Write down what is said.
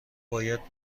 باید